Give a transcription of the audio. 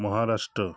Maharashtra